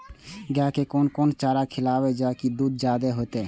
गाय के कोन कोन चारा खिलाबे जा की दूध जादे होते?